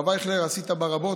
הרב אייכלר, עשית בה רבות.